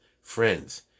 friends